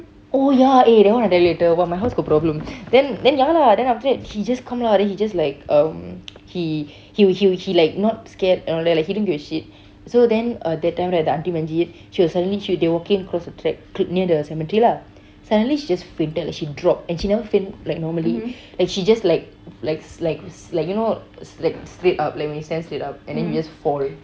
oh ya eh that one I tell you later !wah! my house got problem then ya lah then after that he just come lah he just like um he he he like not scared and all that he didn't give a shit so then uh that time right the aunty manjeet she was suddenly they were walking across the track cre~ near the cemetery lah suddenly she just fainted like she dropped and she never faint like normally like she just like like like like you know st~ straight up like when you stand straight up and then you just fall